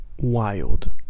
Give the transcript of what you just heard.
wild